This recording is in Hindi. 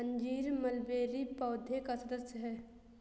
अंजीर मलबेरी पौधे का सदस्य है